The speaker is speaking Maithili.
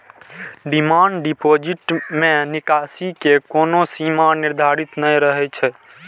डिमांड डिपोजिट मे निकासी के कोनो सीमा निर्धारित नै रहै छै